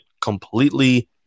completely